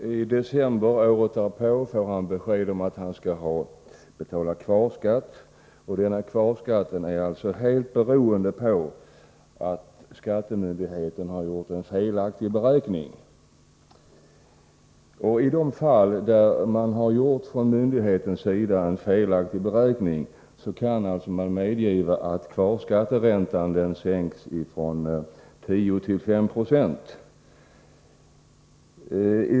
I december året därpå får han besked att han skall betala kvarskatt. Denna kvarskatt beror helt på att skattemyndigheten har gjort en felaktig beräkning. I de fall där skattemyndigheten har gjort en felaktig beräkning kan man alltså medge att kvarskatteräntan sänks från 10 96 till 5 20.